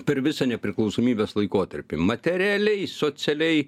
per visą nepriklausomybės laikotarpį materialiai socialiai